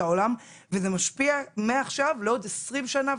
העולם וזה משפיע מעכשיו לעוד 20 שנה,